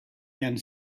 and